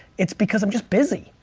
it's because i'm just busy.